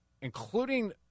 including